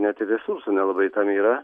net ir resursų nelabai tam yra